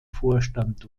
vorstand